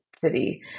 city